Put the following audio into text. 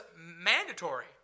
mandatory